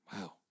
wow